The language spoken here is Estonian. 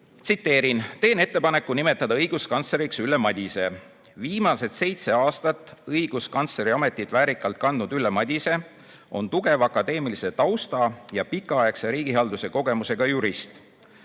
Tsiteerin: "Teen ettepaneku nimetada õiguskantsleriks Ülle Madise. Viimased seitse aastat õiguskantsleri ametit väärikalt kandnud Ülle Madise on tugeva akadeemilise tausta ja pikaaegse riigihalduse kogemusega jurist.